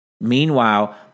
Meanwhile